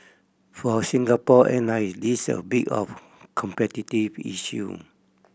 for Singapore Airline this a bit of a competitive issue